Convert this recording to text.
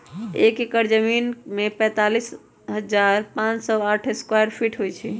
एक एकड़ जमीन में तैंतालीस हजार पांच सौ साठ स्क्वायर फीट होई छई